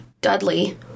Dudley